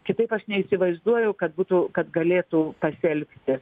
kitaip aš neįsivaizduoju kad būtų kad galėtų pasielgti